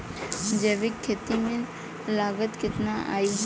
जैविक खेती में लागत कितना आई?